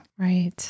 Right